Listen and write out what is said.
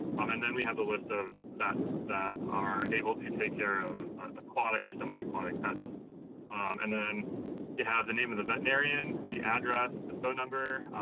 um and then we have a list of that that are able to take care of aquatic or semi aquatic pets and then you have the name of the veterinarian, the address, the phone number,